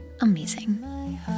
amazing